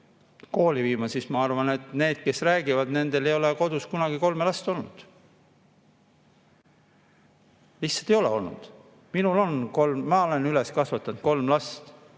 kooli viima, siis ma arvan, et räägivad need, kellel ei ole kodus kunagi kolme last olnud. Lihtsalt ei ole olnud. Minul on, ma olen üles kasvatanud kolm last.